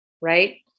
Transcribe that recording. right